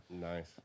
nice